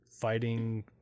fighting